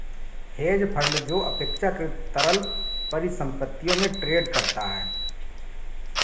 hedge fund जो अपेक्षाकृत तरल परिसंपत्तियों में ट्रेड करता है